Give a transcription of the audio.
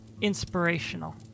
inspirational